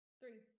three